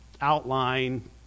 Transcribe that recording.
outline